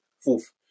fourth